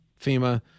FEMA